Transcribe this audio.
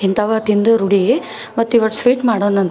ಇಂಥವು ತಿಂದು ರೂಢಿ ಮತ್ತು ಈವತ್ತು ಸ್ವೀಟ್ ಮಾಡೋಣಂತ